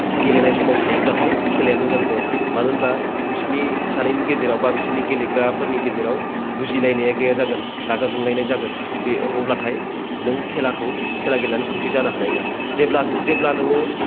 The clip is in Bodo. गेलेनाय समाव थायोब्लाथाय खेलाया मोजां जाया मानो होनोबा बिसोरनि सानैनि गेजेराव बा बिसोरनि गेलेग्राफोरनि गेजेराव बुजिलायनाया गैया जागोन रागा जोंलायनाय जागोन बे अब्लाथाय नों खेलाखौ खेला गेलेनानै खौसे जानो हानाय नङा जेब्ला नोङो